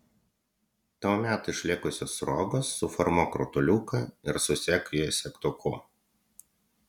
tuomet iš likusios sruogos suformuok rutuliuką ir susek jį segtuku